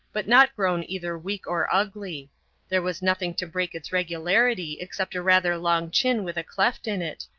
but not grown either weak or ugly there was nothing to break its regularity except a rather long chin with a cleft in it,